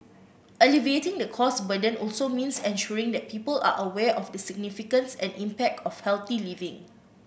alleviating the cost burden also means ensuring that people are aware of the significance and impact of healthy living